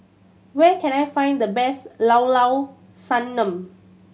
where can I find the best Llao Llao Sanum